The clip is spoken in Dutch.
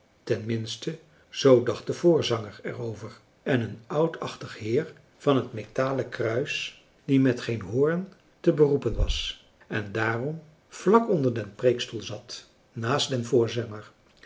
zoo dacht de voorzanger er over en een oudachtig heer van het metalen kruis die met geen hoorn te beroepen was en daarom vlak onder den preekstoel zat naast den voorzanger